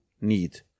need